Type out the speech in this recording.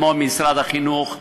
כמו משרד החינוך,